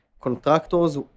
contractors